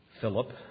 Philip